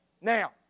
Now